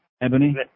Ebony